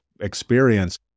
experience